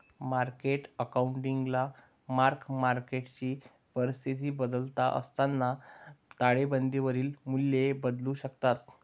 market अकाउंटिंगला mark मार्केटची परिस्थिती बदलत असताना ताळेबंदावरील मूल्ये बदलू शकतात